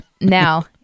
now